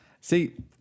See